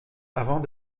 avant